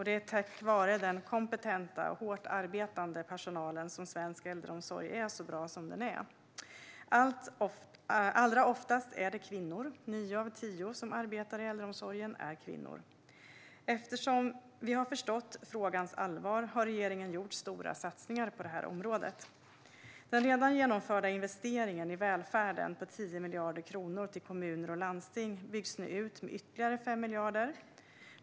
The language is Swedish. Det är tack vare den kompetenta och hårt arbetande personalen som svensk äldreomsorg är så bra som den är. Allra oftast är det kvinnor - nio av tio som arbetar i äldreomsorgen är kvinnor. Eftersom vi har förstått frågans allvar har regeringen gjort stora satsningar på detta område. Den redan genomförda investeringen i välfärden på 10 miljarder kronor till kommuner och landsting byggs nu ut med ytterligare 5 miljarder.